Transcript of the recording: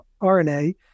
RNA